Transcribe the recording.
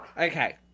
Okay